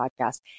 podcast